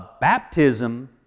baptism